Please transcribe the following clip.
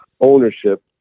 ownership